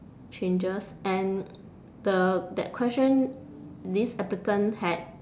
changes and the that question this applicant had